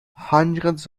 hundreds